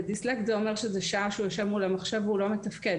לדיסלקט זה אומר שזה שעה שהוא יושב מול המחשב והוא לא מתפקד,